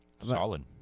Solid